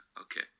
Okay